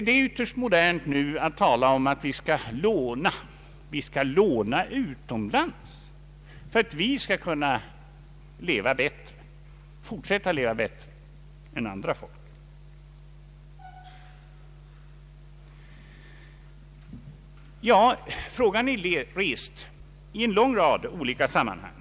Det är ytterst modernt att tala om att vi skall låna utomlands för att kunna fortsätta att leva bättre än andra folk. Ja, den frågan är rest i en lång rad olika sammanhang.